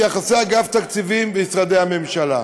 יחסי אגף תקציבים במשרדי הממשלה.